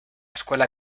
escuela